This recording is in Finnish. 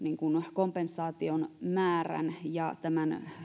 kompensaation määrän ja tämän